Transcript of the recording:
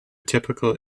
typical